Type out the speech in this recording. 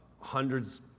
hundreds